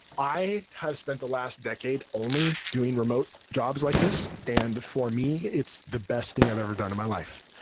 i have spent the last decade only doing remote jobs like this. and for me, it's the best thing i've ever done in my life.